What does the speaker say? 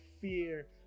fear